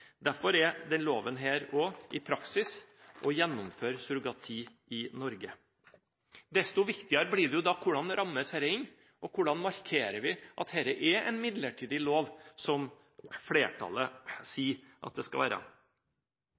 Derfor er denne loven i praksis å gjennomføre surrogati i Norge. Desto viktigere blir da: Hvordan rammes dette inn? Hvordan markerer vi at dette er en midlertidig lov, noe flertallet sier at det skal være?